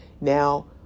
Now